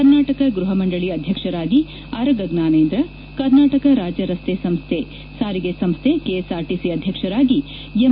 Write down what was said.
ಕರ್ನಾಟಕ ಗೃಪ ಮಂಡಳಿ ಅಧ್ಯಕ್ಷರಾಗಿ ಅರಗ ಜ್ವಾನೇಂದ್ರ ಕರ್ನಾಟಕ ರಾಜ್ಯ ರಸ್ತೆ ಸಾರಿಗೆ ಸಂಶ್ಹ ಕೆಎಸ್ಆರ್ಟಿಸಿ ಅಧ್ಯಕ್ಷರಾಗಿ ಎಂ